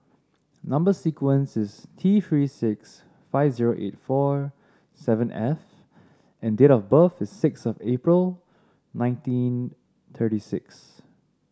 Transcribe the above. number sequence is T Three six five zero eight four seven F and date of birth is sixth of April nineteen thirty six